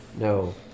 no